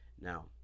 Now